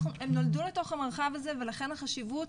הם נולדו לתוך המרחב הזה ולכן החשיבות,